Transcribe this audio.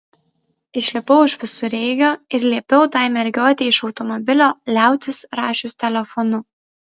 išlipau iš visureigio ir liepiau tai mergiotei iš automobilio liautis rašius telefonu